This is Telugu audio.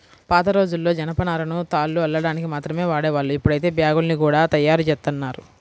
పాతరోజుల్లో జనపనారను తాళ్లు అల్లడానికి మాత్రమే వాడేవాళ్ళు, ఇప్పుడైతే బ్యాగ్గుల్ని గూడా తయ్యారుజేత్తన్నారు